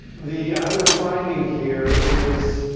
the other finding here is,